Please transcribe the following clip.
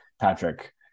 Patrick